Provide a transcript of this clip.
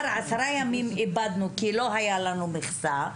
עשרה ימים איבדנו כי לא היה לנו מכסה.